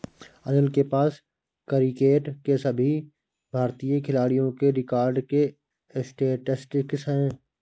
अनिल के पास क्रिकेट के सभी भारतीय खिलाडियों के रिकॉर्ड के स्टेटिस्टिक्स है